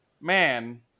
man